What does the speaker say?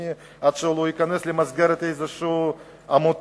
הלאומי ועד שהוא לא ייכנס למסגרת כלשהי או לעמותות,